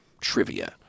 trivia